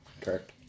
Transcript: Correct